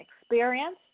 experience